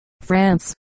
France